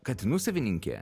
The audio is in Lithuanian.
katinų savininkė